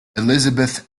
elizabeth